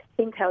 Intel